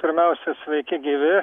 pirmiausia sveiki gyvi